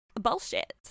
bullshit